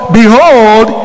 behold